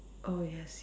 oh yes